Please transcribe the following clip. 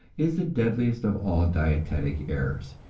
is the deadliest of all dietetic errors.